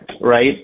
right